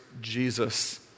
Jesus